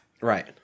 Right